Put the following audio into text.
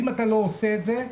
ואם אתה לא עושה את זה,